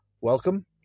Welcome